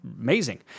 amazing